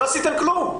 לא עשיתם כלום.